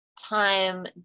time